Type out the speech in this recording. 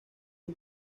una